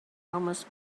almost